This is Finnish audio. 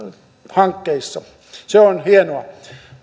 hankkeissa se on hienoa